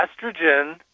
Estrogen